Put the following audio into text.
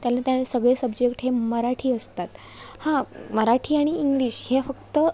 त्याला त्याला सगळे सब्जेक्ट हे मराठी असतात हां मराठी आणि इंग्लिश हे फक्त